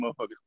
motherfuckers